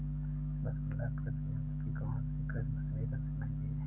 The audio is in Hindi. वसुंधरा कृषि यंत्र की कौनसी कृषि मशीनरी सबसे महंगी है?